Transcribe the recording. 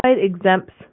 exempts